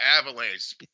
avalanche